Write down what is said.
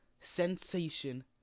sensation